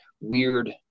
weird